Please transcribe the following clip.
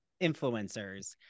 influencers